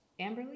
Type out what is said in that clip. Amberly